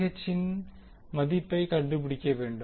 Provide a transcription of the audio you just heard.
இப்போது நீங்கள் Vth இன் மதிப்பைக் கண்டுபிடிக்க வேண்டும்